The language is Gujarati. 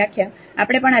આપણે પણ આ લિમિટ શોધી શકીએ